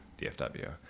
DFW